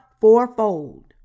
fourfold